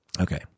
Okay